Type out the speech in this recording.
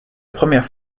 première